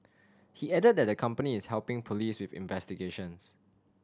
he added that the company is helping police with investigations